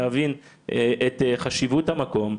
להבין את חשיבות המקום,